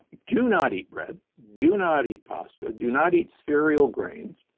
do not eat bread, do not eat pasta, do not eat cereal grains